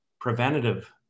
preventative